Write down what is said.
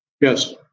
Yes